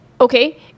okay